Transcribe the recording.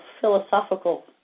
philosophical